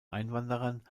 einwanderern